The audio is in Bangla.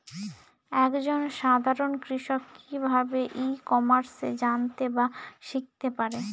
এক জন সাধারন কৃষক কি ভাবে ই কমার্সে জানতে বা শিক্ষতে পারে?